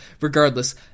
regardless—